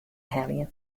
heljen